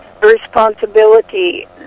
responsibility